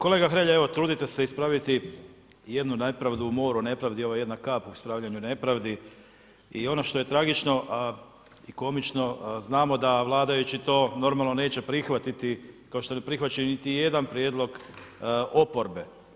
Kolega Hrelja, evo trudite se ispraviti jednu nepravdu u moru nepravdi, ovo je jedna kap u ispravljanju nepravdi i ono što je tragično, a i komično, znamo da vladajući to normalno neće prihvatiti kao što ne prihvaćaju niti jedan prijedlog oporbe.